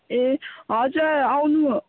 ए हजुर आउनु